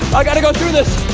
i gotta go through this.